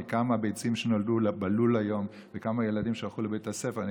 על כמה ביצים שנולדו בלול היום וכמה ילדים שהלכו לבית הספר,